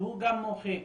שהוא גם מומחה,